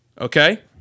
Okay